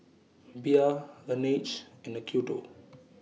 Bia Laneige and Acuto